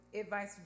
advice